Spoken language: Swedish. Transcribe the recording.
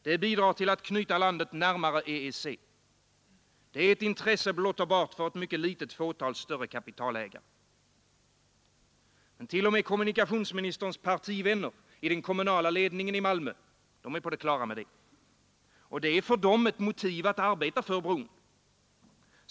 Det bidrar till att knyta landet närmare EG. Det är ett intresse blott och bart för ett mycket litet fåtal större kapitalägare. T. o. m. kommunikationsministerns partivänner i den kommunala ledningen i Malmö är på det klara med detta. Och det är för dem ett motiv att arbeta för bron.